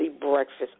breakfast